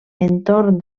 entorn